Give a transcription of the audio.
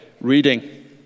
reading